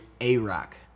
A-Rock